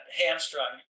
hamstrung